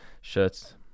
shirts